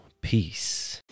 peace